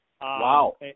wow